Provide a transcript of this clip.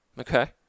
Okay